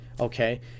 okay